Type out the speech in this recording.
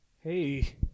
Hey